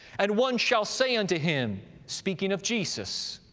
and one shall say unto him, speaking of jesus,